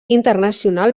internacional